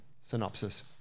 synopsis